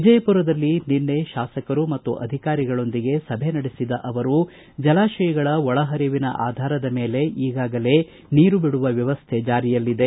ವಿಜಯಪುರದಲ್ಲಿ ನಿನ್ನೆ ಶಾಸಕರು ಮತ್ತು ಅಧಿಕಾರಿಗಳೊಂದಿಗೆ ಸಭೆ ನಡೆಸಿದ ಅವರು ಜಲಾಶಯಗಳ ಒಳಹರಿವಿನ ಆಧಾರದ ಮೇಲೆ ಈಗಾಗಲೆ ನೀರು ಬಿಡುವ ವ್ಯವಸ್ಥೆ ಜಾರಿಯಲ್ಲಿದೆ